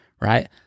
Right